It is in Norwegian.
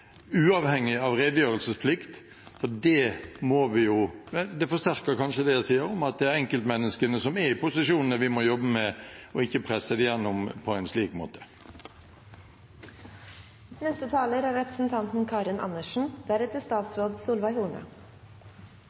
uavhengig av redegjørelsesplikt. Det forsterker kanskje det jeg sier om at det er enkeltmenneskene som er i posisjonene, vi må jobbe med – ikke presse det gjennom på en slik måte. Jeg har i ganske mange år vært kjent med ønsket om å lage en samlet lov. Det er